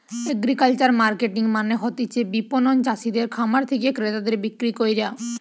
agricultural marketing মানে হতিছে বিপণন চাষিদের খামার থেকে ক্রেতাদের বিক্রি কইরা